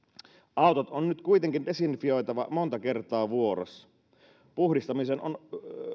autot on nyt kuitenkin desinfioitava monta kertaa vuorossa puhdistamiseen on